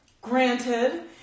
granted